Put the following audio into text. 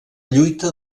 lluita